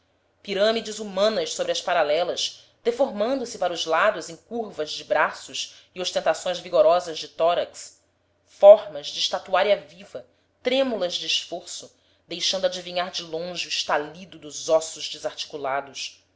pirâmides humanas sobre as paralelas deformando se para os lados em curvas de braços e ostentações vigorosas de tórax formas de estatuária viva trêmulas de esforço deixando adivinhar de longe o estalido dos ossos desarticulados